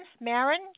Marin